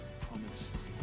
promise